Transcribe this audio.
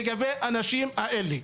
לגבי האנשים האלה?